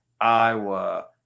Iowa